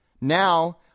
Now